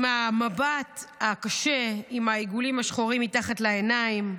עם המבט הקשה, עם העיגולים השחורים מתחת לעיניים,